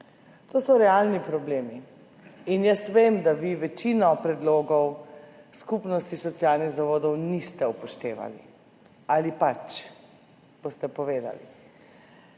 To so realni problemi. Jaz vem, da vi večino predlogov Skupnosti socialnih zavodov niste upoštevali. Ali pač? Boste povedali.